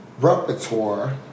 repertoire